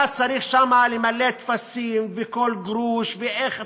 אתה צריך שם למלא טפסים וכל גרוש ואיך.